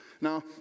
Now